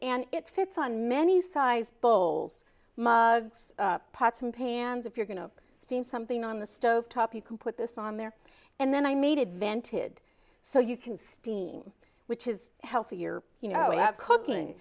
and it fits on many size bowls of pots and pans if you're going to steam something on the stove top you can put this on there and then i made it vented so you can steam which is healthier you know that cooking